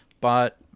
but-